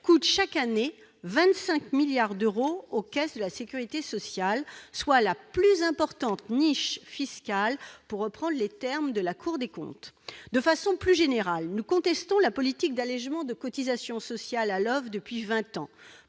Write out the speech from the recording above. coûtent chaque année 25 milliards d'euros aux caisses de la sécurité sociale. Il s'agit donc de la plus importante niche fiscale, pour reprendre les termes de la Cour des comptes. De façon plus générale, nous contestons la politique d'allégement de cotisations sociales à l'oeuvre depuis vingt ans.